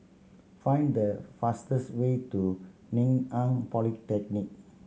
find the fastest way to Ngee Ann Polytechnic